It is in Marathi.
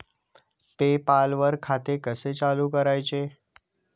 पे पाल वर खाते कसे चालु करायचे